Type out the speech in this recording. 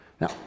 now